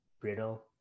brittle